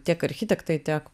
tiek architektai tiek